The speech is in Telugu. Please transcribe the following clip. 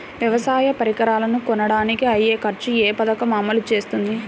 వ్యవసాయ పరికరాలను కొనడానికి అయ్యే ఖర్చు ఏ పదకము అమలు చేస్తుంది?